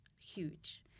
huge